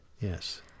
Yes